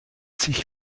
sich